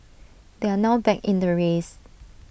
they are now back in the race